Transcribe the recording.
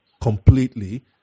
completely